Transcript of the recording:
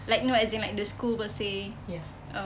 like no as in no the school will say oh